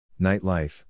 Nightlife